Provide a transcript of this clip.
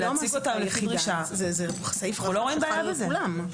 גם לגבי הפרטיים.